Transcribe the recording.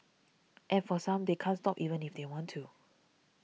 and for some they can't stop even if they want to